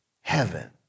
heaven